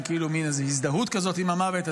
מן הזדהות כזאת עם המוות,